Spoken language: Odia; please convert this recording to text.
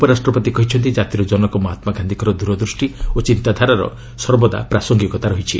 ଉପରାଷ୍ଟ୍ରପତି କହିଛନ୍ତି ଜାତିର ଜନକ ମହାତ୍ମାଗାନ୍ଧୀଙ୍କର ଦୂରଦୂଷ୍ଟି ଓ ଚିନ୍ତାଧାରାର ସର୍ବଦା ପ୍ରାସଙ୍ଗିକତା ରହିଛି